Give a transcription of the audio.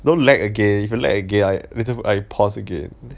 don't lag again if you lag again I pause again